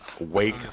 Wake